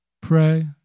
Pray